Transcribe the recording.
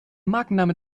markenname